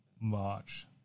March